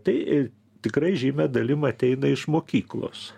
tai tikrai žymia dalim ateina iš mokyklos